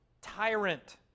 tyrant